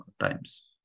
times